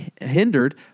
hindered